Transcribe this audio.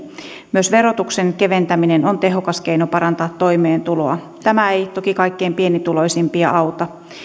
myös verotuksen keventäminen on tehokas keino parantaa toimeentuloa tämä ei toki kaikkein pienituloisimpia auta